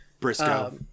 Briscoe